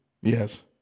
Yes